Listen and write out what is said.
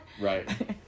Right